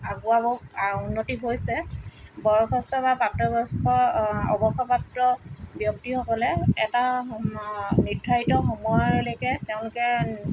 আগুৱাব উন্নতি হৈছে বয়সস্থ বা প্ৰাপ্তবয়স্ক অৱসৰপ্ৰাপ্ত ব্যক্তিসকলে এটা নিৰ্ধাৰিত সময়লৈকে তেওঁলোকে